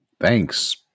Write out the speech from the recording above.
Thanks